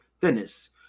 Thinness